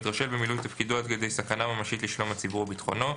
מתרשל במילוי תפקידו עד כדי סכנה ממשית לשלום הציבור וביטחונו.